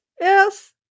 yes